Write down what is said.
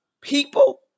People